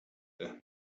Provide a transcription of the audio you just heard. the